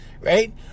right